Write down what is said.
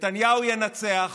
נתניהו ינצח